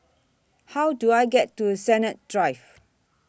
How Do I get to Sennett Drive